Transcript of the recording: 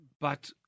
But-